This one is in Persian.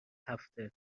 هفته